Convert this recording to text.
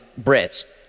Brits